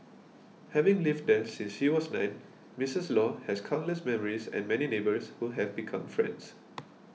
having lived there since she was nine Missus Law has countless memories and many neighbours who have become friends